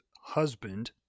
husband